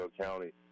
County